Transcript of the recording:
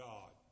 God